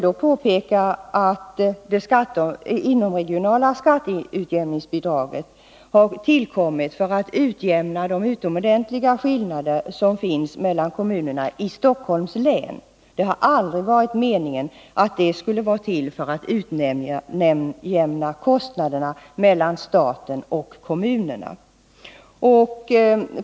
Det inomregionala skatteutjämningsbidraget har emellertid tillkommit för att utjämna de utomordentligt stora skillnader som finns mellan kommunerna i Stockholms län. Det har aldrig varit meningen att det skulle vara till för att utjämna kostnaderna mellan staten och kommunerna.